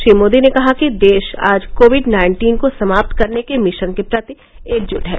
श्री मोदी ने कहा कि देश आज कोविड नाइन्टीन को समाप्त करने के मिशन के प्रति एकजुट है